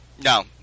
No